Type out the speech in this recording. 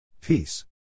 Peace